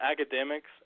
academics